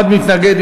אחד מתנגד.